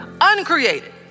uncreated